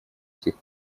этих